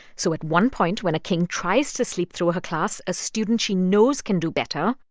so at one point, when a king tries to sleep through her class, a student she knows can do better.